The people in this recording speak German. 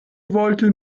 wollte